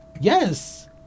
yes